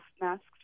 masks